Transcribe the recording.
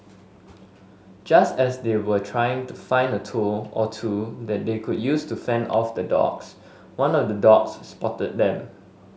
just as they were trying to find a tool or two that they could use to fend off the dogs one of the dogs spotted them